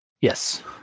Yes